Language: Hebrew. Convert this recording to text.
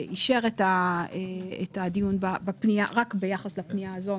אישר את הדיון בפנייה רק ביחס לפנייה הזאת.